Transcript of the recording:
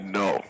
no